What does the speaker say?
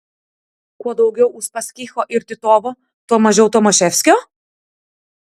kuo daugiau uspaskicho ir titovo tuo mažiau tomaševskio